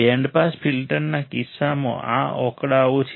band pass ફિલ્ટરના કિસ્સામાં આ આંકડાઓ છે